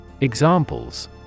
Examples